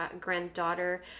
granddaughter